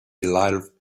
delighted